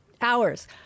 hours